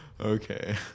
okay